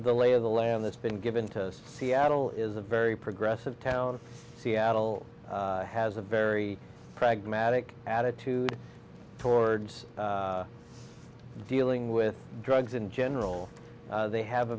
the lay of the land this been given to seattle is a very progressive town seattle has a very pragmatic attitude towards dealing with drugs in general they have a